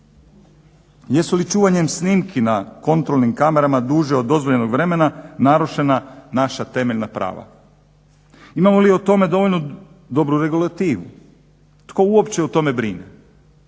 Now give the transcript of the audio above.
Jesu li čuvanjem snimki na kontrolnim kamerama duže od dozvoljenog vremena narušena naša temeljna prava? imamo li o tome dovoljno dobru regulativu, tko uopće o tome brine?